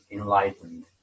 enlightened